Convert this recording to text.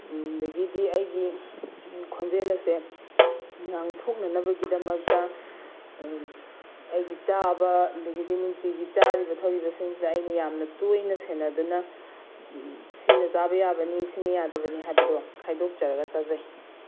ꯑꯗꯒꯤꯗꯤ ꯑꯩꯒꯤ ꯈꯣꯟꯖꯦꯜ ꯑꯁꯦ ꯉꯥꯡꯊꯣꯛꯅꯅꯕꯒꯤꯗꯃꯛꯇ ꯑꯩꯒꯤ ꯆꯥꯕ ꯑꯗꯒꯤꯗꯤ ꯅꯨꯡꯇꯤꯒꯤ ꯆꯥꯔꯤꯕ ꯊꯛꯂꯤꯕꯁꯤꯡꯁꯤꯗ ꯑꯩꯅ ꯌꯥꯝꯅ ꯇꯣꯏꯅ ꯁꯦꯟꯅꯗꯨꯅ ꯁꯤꯅ ꯆꯥꯕ ꯌꯥꯕꯅꯤ ꯁꯤꯅ ꯌꯥꯗꯕꯅꯤ ꯍꯥꯏꯕꯗꯣ ꯈꯥꯏꯗꯣꯛꯆꯔꯒ ꯆꯥꯖꯩ